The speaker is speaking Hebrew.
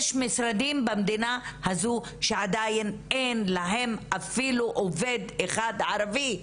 יש משרדים במדינה הזו שעדיין אין להם אפילו עובד ערבי אחד,